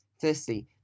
Firstly